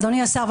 אדוני השר,